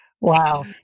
Wow